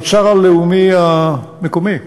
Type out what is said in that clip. בתוצר הלאומי המקומי,